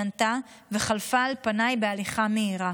היא ענתה וחלפה על פניי בהליכה מהירה.